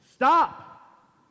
Stop